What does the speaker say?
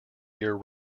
year